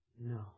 No